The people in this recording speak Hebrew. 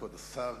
כבוד השר,